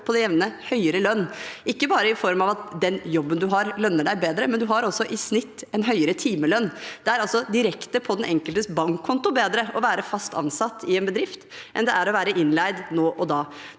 på det jevne høyere lønn – ikke bare i form av at den jobben du har, lønner deg bedre, men du har også i snitt en høyere timelønn. Det er altså direkte på den enkeltes bankkonto bedre å være fast ansatt i en bedrift enn det er å være innleid nå og da.